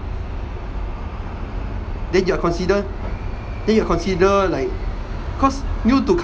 then you are consider then you consider like cause new to